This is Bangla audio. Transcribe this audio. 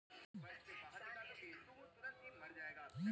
চাষ ক্যইরতে গ্যালে যে অলেক রকমের ছব পরকৌশলি পরাশলা লাগে